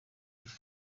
iki